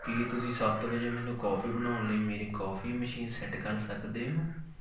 ਕੀ ਤੁਸੀਂ ਸੱਤ ਵਜੇ ਮੈਨੂੰ ਕੌਫੀ ਬਣਾਉਣ ਲਈ ਮੇਰੀ ਕੌਫੀ ਮਸ਼ੀਨ ਸੈੱਟ ਕਰ ਸਕਦੇ ਹੋ